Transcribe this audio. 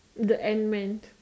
the Ant Man